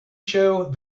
show